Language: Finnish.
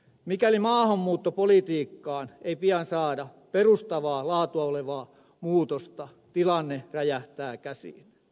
mikäli maahanmuuttopolitiikkaan ei pian saada perustavaa laatua olevaa muutosta tilanne räjähtää käsiin